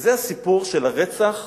וזה הסיפור של רצח